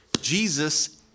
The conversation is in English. Jesus